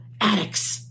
addicts